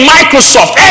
Microsoft